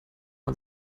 man